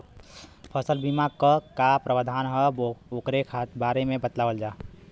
फसल बीमा क का प्रावधान हैं वोकरे बारे में बतावल जा?